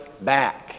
Back